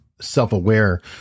self-aware